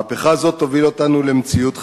מהפכה זו תוביל אותנו למציאות חדשה,